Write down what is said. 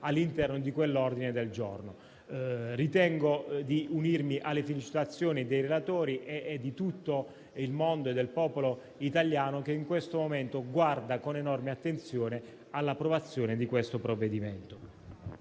all'interno dell'ordine del giorno. Ritengo di unirmi alle felicitazioni dei relatori e di tutto il popolo italiano che in questo momento guarda con enorme attenzione l'approvazione del provvedimento